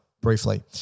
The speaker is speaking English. briefly